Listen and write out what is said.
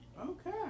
Okay